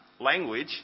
language